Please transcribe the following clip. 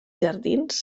jardins